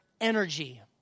energy